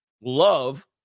love